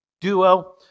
duo